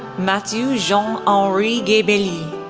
matthieu jean um henri gay-bellile,